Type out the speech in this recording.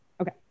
Okay